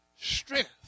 strength